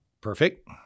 Perfect